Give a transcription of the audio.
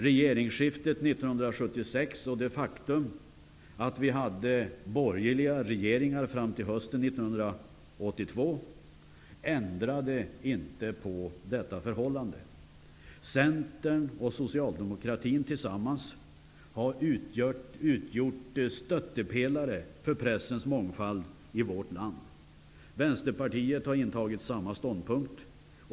Regeringsskiftet 1976 och det faktum att Sverige hade borgerliga regeringar fram till hösten 1982 ändrade inte på detta förhållande. Centern och socialdemokratin har tillsammans utgjort stöttepelare för pressens mångfald i vårt land. Vänsterpartiet har intagit samma ståndpunkt.